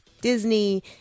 Disney